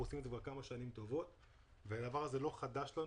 אנחנו עושים את זה כבר כמה שנים טובות והדבר הזה לא חדש לנו